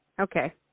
Okay